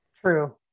True